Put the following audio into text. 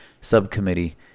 subcommittee